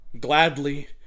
gladly